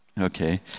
Okay